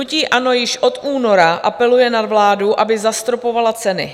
Hnutí ANO již od února apeluje na vládu, aby zastropovala ceny.